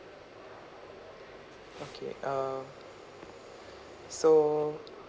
okay uh so